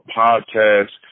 podcast